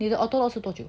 你的 auto lock 是多久